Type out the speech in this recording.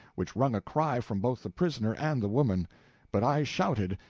which wrung a cry from both the prisoner and the woman but i shouted,